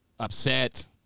upset